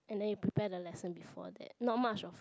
and then you prepare the lesson before that not much of